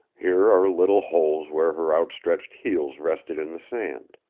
here are little holes where her outstretched heels rested in the sand.